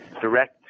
direct